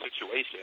situation